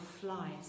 flies